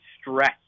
stress